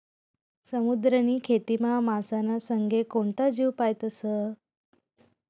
समुद्रनी खेतीमा मासाना संगे कोणता जीव पायतस?